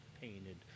painted